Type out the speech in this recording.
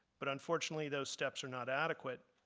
but unfortunately, those steps are not adequate.